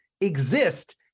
exist